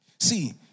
See